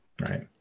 right